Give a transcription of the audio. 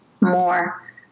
more